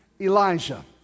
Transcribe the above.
Elijah